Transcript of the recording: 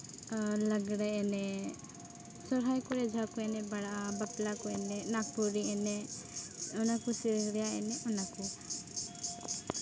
ᱟᱨ ᱞᱟᱜᱽᱲᱮ ᱮᱱᱮᱡ ᱥᱚᱦᱨᱟᱭ ᱠᱚᱨᱮᱫ ᱡᱟᱦᱟᱸ ᱠᱚ ᱮᱱᱮᱡ ᱵᱟᱲᱟᱜᱼᱟ ᱵᱟᱯᱞᱟ ᱠᱚ ᱮᱱᱮᱡ ᱱᱟᱜᱽᱯᱩᱨᱤ ᱮᱱᱮᱡ ᱚᱱᱟᱠᱚ ᱥᱮᱨᱮᱧ ᱨᱮᱭᱟᱜ ᱮᱱᱮᱡ ᱚᱱᱟ ᱠᱚ